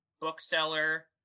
bookseller